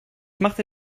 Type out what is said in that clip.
machte